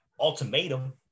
Ultimatum